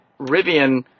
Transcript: Rivian